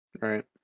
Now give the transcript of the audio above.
right